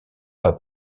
pas